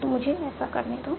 तो मुझे ऐसा करने दो